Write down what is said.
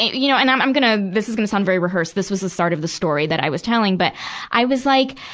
you know, and i'm i'm gonna, this is gonna sound very rehearsed. this was the start of the story that i was telling, but i was like,